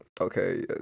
okay